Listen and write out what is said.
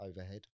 overhead